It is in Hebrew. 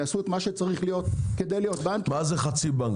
יעשו את מה שצריך להיות כדי להיות בנק --- מה זה חצי בנק?